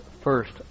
first